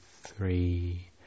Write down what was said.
three